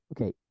okay